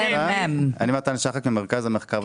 אני מתן שחק ממרכז המחקר והמידע.